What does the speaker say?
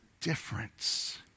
difference